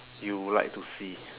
you will like to see